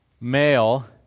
Male